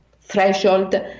threshold